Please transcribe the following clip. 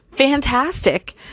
fantastic